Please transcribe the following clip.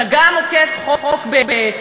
אתה גם עוקף חוק בבג"ץ,